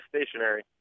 stationary